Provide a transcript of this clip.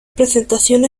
presentación